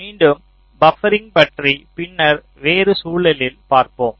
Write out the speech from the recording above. மீண்டும் பபரிங் பற்றி பின்னர் வேறு சூழலில் பார்ப்போம்